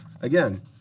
Again